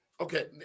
Okay